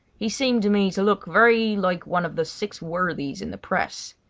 he seemed to me to look very like one of the six worthies in the press.